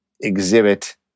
exhibit